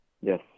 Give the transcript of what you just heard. yes